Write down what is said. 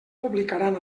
publicaran